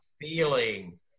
feeling